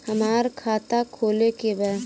हमार खाता खोले के बा?